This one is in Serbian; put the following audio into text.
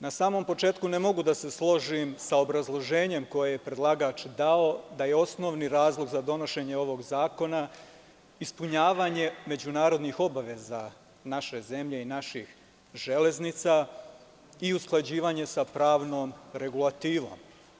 Na samom početku ne mogu da se složim sa obrazloženjem koje je predlagač dao da je osnovni razlog za donošenje ovog zakona ispunjavanje međunarodnih obaveza naše zemlje i naših železnica i usklađivanje sa pravnom regulativom.